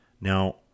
Now